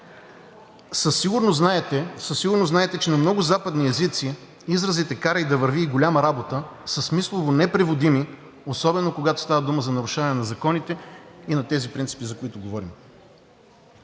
Със сигурност знаете, че на много западни езици изразите „карай да върви“ и „голяма работа“ са смислово непреводими, особено когато става дума за нарушаване на законите и на тези принципи, за които говорим.